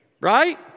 Right